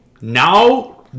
Now